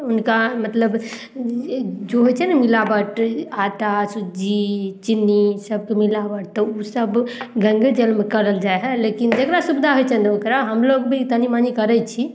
उनका मतलब जे हइ छै ने मिलावट आटा सुजी चिन्नी सभके मिलावट तऽ उ सभ गङ्गाजलमे करल जाइ हइ लेकिन जकरा सुविधा होइ छनि ओकरा हमलोग भी तनि मनि करय छी